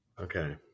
Okay